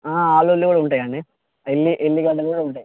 ఆలు కూడా ఉంటాయండి ఎల్లి ఎల్లి గడ్డలు కూడా ఉంటాయి